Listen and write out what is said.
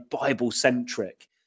Bible-centric